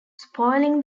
spoiling